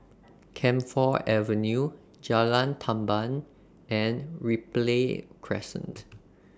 Camphor Avenue Jalan Tamban and Ripley Crescent